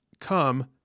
come